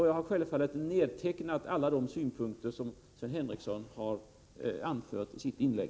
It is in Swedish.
Jag har självfallet nedtecknat alla de synpunkter som Sven Henricsson har anfört i sitt inlägg.